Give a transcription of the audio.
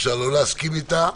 אפשר לא להסכים איתה,